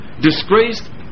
disgraced